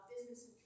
Business